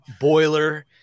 boiler